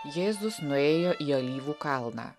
jėzus nuėjo į alyvų kalną